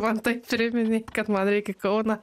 man taip priminei kad man reik į kauną